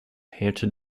hampton